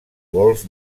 golf